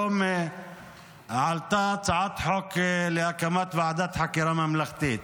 היום עלתה הצעת חוק להקמת ועדת חקירה ממלכתית.